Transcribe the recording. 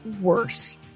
worse